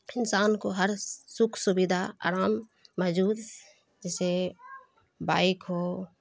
انسان کو ہر سکھ سویدھا آرام موجود جیسے بائک ہو